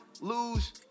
lose